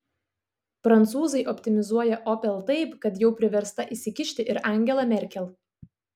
prancūzai optimizuoja opel taip kad jau priversta įsikišti ir angela merkel